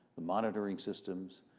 the monitoring systems,